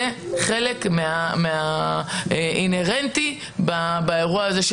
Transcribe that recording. זה חלק אינהרנטי באירוע הזה.